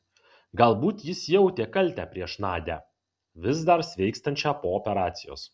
galbūt jis jautė kaltę prieš nadią vis dar sveikstančią po operacijos